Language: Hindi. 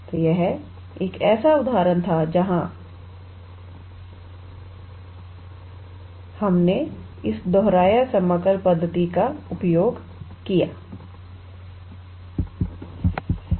तो यह एक ऐसा उदाहरण था जहां हम इस दोहराया समाकल पद्धति का उपयोग करते हैं